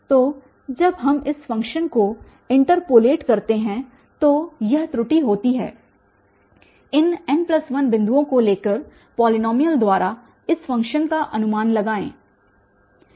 तो जब हम इस फ़ंक्शन को इन्टर्पोलेट करते हैं तो यह त्रुटि होती है इन n 1 बिंदुओं को लेकर पॉलीनॉमियल द्वारा इस फ़ंक्शन का अनुमान लगाएं